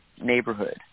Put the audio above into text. neighborhood